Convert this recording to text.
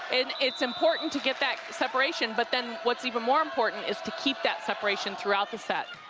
and it's important to get that separation, but then what's even more important is to keep that separation throughout the set.